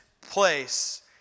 place